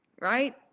right